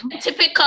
typical